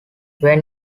when